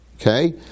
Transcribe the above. okay